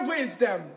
Wisdom